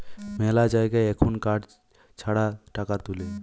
মেলা জায়গায় এখুন কার্ড ছাড়া টাকা তুলে